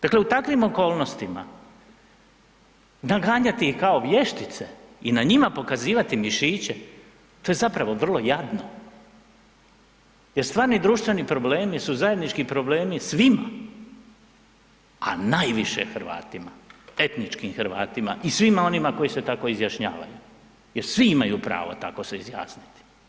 Dakle, u takvim okolnostima naganjati ih kao vještice i na njima pokazivati mišiće, to je zapravo vrlo jadno jer stvarni društveni problemi su zajednički problemi svima, a najviše Hrvatima, etničkim Hrvatima i svima onima koji se tako izjašnjavaju jer svi imaju pravo tako se izjasniti.